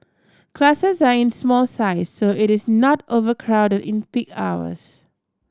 classes are in small size so it is not overcrowd in peak hours